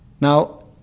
Now